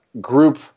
group